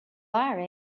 are